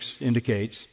indicates